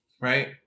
right